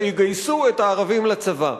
שיגייסו את הערבים לצבא.